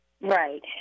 Right